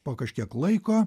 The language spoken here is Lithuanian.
po kažkiek laiko